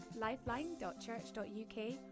lifeline.church.uk